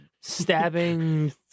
stabbing